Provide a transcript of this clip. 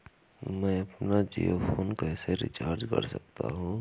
मैं अपना जियो फोन कैसे रिचार्ज कर सकता हूँ?